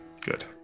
Good